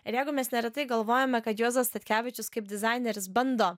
ir jeigu mes neretai galvojame kad juozas statkevičius kaip dizaineris bando